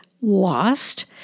lost